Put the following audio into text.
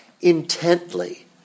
intently